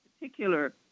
particular